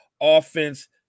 offense